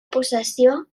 possessió